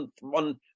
one